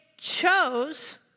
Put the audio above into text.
chose